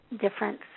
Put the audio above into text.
difference